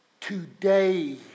today